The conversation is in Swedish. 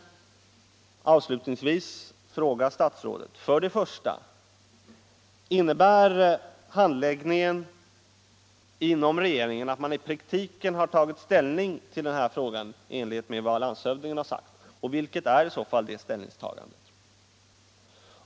1. Innebär handläggningen inom regeringen att man i praktiken har tagit ställning till denna fråga i enlighet med vad landshövdingen har sagt? Och vilket är i så fall det ställningstagandet? 2.